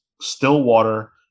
Stillwater